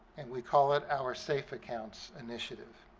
and we call it our safe accounts initiative.